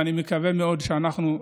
ואני מקווה מאוד שאנחנו,